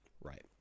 Right